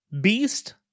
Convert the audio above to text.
Beast